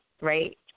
right